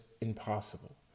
impossible